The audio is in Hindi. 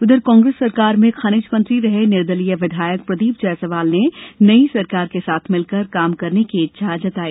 उधर कांग्रेस सरकार में खनिज मंत्री रहे निर्दलीय विधायक प्रदीप जायसवाल ने नई सरकार के साथ मिलकर काम करने की इच्छा जताई